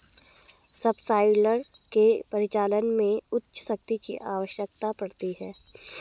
subsoiler के परिचालन में उच्च शक्ति की आवश्यकता पड़ती है